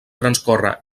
transcorre